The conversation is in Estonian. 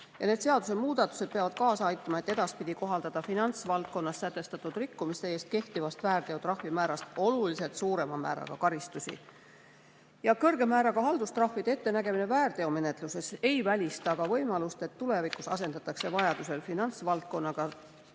Need seadusemuudatused peavad kaasa aitama, et edaspidi kohaldada finantsvaldkonnas sätestatud rikkumiste eest kehtivast väärteotrahvi määrast oluliselt suurema määraga karistusi. Kõrge määraga haldustrahvide ettenägemine väärteomenetluses ei välista võimalust, et tulevikus asendatakse finantsvaldkonnas vajaduse